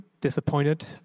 disappointed